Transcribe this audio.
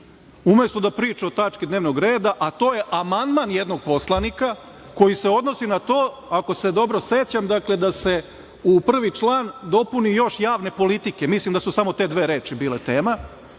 Umesto da priča o tački dnevnog reda, a to je amandman jednog poslanika, koji se odnosi na to, ako se dobro sećam, da se u prvi član dopuni još javne politike, mislim da su samo te dve reči bile tema.